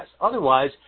Otherwise